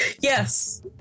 Yes